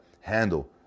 handle